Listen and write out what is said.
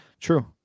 True